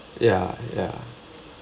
ya ya